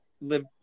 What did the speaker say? live